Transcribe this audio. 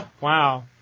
Wow